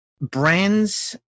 brands